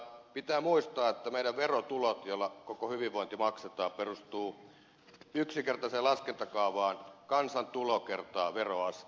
pitää muistaa että meidän verotulomme joilla koko hyvinvointi maksetaan perustuu yksinkertaiseen laskentakaavaan kansantulo kertaa veroaste